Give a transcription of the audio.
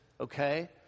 okay